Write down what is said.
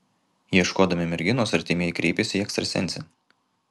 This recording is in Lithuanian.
ieškodami merginos artimieji kreipėsi į ekstrasensę